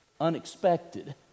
unexpected